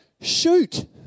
shoot